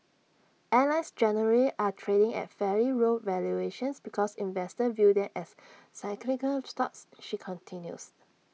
airlines generally are trading at fairly low valuations because investors view them as cyclical stocks she continues